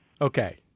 Okay